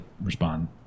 respond